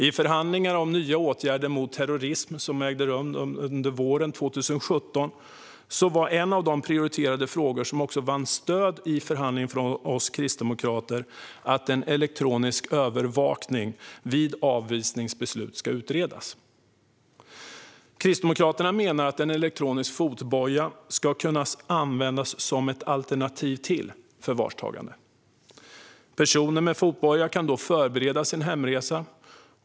I förhandlingarna om nya åtgärder mot terrorism, som ägde rum under våren 2017, var en av de för oss kristdemokrater prioriterade frågorna, som också vann i stöd i förhandlingarna, att elektronisk övervakning vid avvisningsbeslut ska utredas. Kristdemokraterna menar att en elektronisk fotboja ska kunna användas som ett alternativ till förvarstagande. Personer med fotboja kan då förbereda sin hemresa.